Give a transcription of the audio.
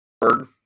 bird